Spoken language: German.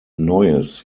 neues